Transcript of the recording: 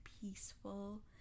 peaceful